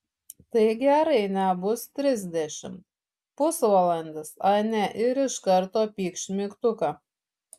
tai gerai nebus trisdešimt pusvalandis ane ir iš karto pykšt mygtuką